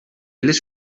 les